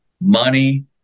money